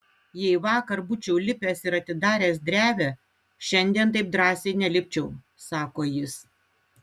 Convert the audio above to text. jei vakar būčiau lipęs ir atidaręs drevę šiandien taip drąsiai nelipčiau sako jis